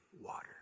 water